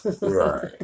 Right